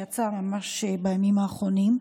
שיצא ממש בימים האחרונים,